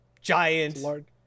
giant